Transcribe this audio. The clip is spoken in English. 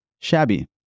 shabby